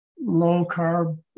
Low-carb